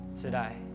today